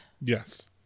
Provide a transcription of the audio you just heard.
Yes